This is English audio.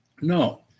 no